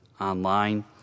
online